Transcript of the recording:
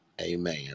Amen